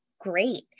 great